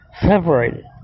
separated